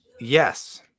Yes